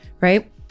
right